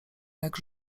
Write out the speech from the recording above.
jak